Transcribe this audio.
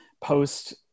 post